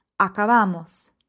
Acabamos